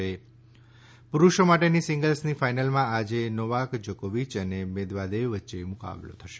પુરૂષો માટેની સીંગલ્સની ફાઇનલમાં આજે નોવાક જોકોવિય અને મેદવાદેવ વચ્ચે મુકાબલો થશે